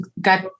got